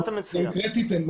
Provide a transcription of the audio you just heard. אני